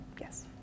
Yes